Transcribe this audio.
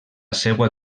seua